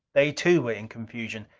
they too, were in confusion,